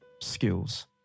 skills